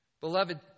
Beloved